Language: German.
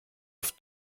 auf